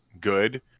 good